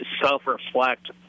self-reflect